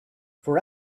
for